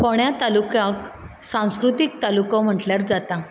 फोंड्या तालुक्याक सांस्कृतीक तालुको म्हटल्यार जाता